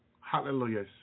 Hallelujah